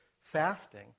fasting